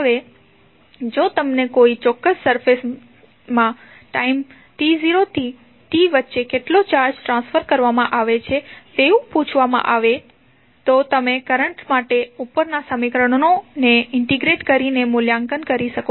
હવે જો તમને કોઈ ચોક્ક્સ સર્ફેશમાં ટાઇમ t0 થી t વચ્ચે કેટલો ચાર્જ ટ્રાન્સફર કરવામાં આવે તેવું પૂછવામાં આવે તો તમે કરંટ માટે ઉપરના સમીકરણોને ઇન્ટિગ્રેટ કરીને મૂલ્યાંકન કરી શકો છો